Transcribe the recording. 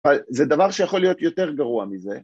‫זה דבר שיכול להיות יותר גרוע מזה.